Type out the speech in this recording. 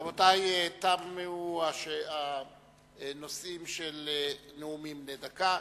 רבותי, תמו הנושאים של נאומים בני דקה.